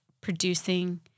producing